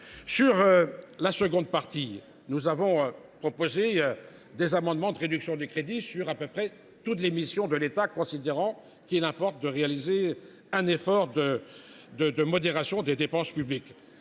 de la seconde partie du texte, nous avons déposé des amendements visant à réduire des crédits sur à peu près toutes les missions de l’État, considérant qu’il importe de réaliser un effort de modération des dépenses publiques.